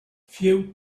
few